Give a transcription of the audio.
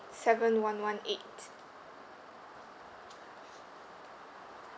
seven one one eight